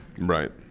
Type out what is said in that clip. right